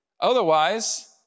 otherwise